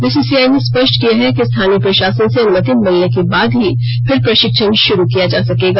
BCCI ने स्पष्ट किया है कि स्थानीय प्रशासन से अनुमति मिलने के बाद ही फिर प्रशिक्षण शुरू किया जा सकेगा